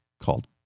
called